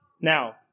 Now